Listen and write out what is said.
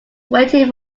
waiting